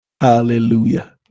hallelujah